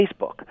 Facebook